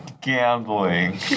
gambling